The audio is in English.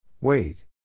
Wait